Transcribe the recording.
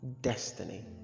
destiny